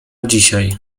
dzisiaj